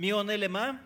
מי עונה על הפנסיה?